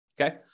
Okay